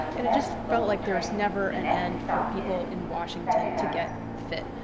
and it just felt like there's never an end for people in washington to get fit.